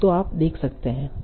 तो आप देख सकते हैं